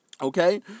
okay